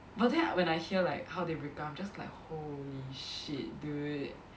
but then when I hear like how they break up I'm just like holy shit dude